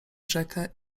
rzekę